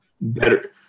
Better